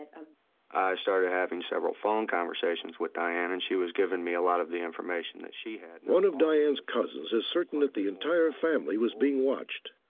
and i started having several phone conversations with diane. and she was giving me a lot of the information that she had. one of diane's cousins is certain that the entire family was being watched.